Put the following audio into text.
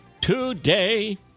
Today